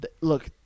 look